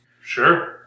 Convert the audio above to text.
Sure